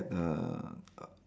uh